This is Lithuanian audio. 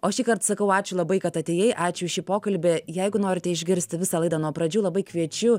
o šįkart sakau ačiū labai kad atėjai ačiū už šį pokalbį jeigu norite išgirsti visą laidą nuo pradžių labai kviečiu